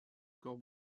corps